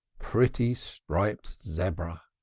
pretty striped zebra!